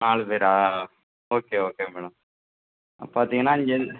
நாலு பேராக okay okay madam பார்த்திங்ன்னா இங்கே